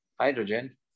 hydrogen